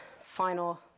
final